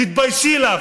תתביישי לך.